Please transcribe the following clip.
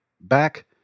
back